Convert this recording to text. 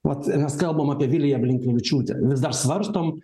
vat mes kalbam apie viliją blinkevičiūtę vis dar svarstom